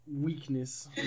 weakness